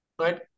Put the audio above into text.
right